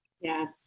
Yes